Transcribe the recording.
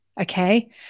okay